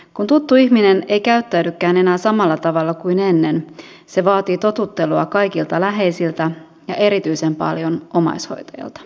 kun tuttu ihminen ei käyttäydykään enää samalla tavalla kuin ennen se vaatii totuttelua kaikilta läheisiltä ja erityisen paljon omaishoitajalta